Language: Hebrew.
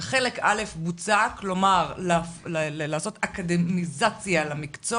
שחלק א' בוצע, כלומר לעשות אקדמיזציה למקצוע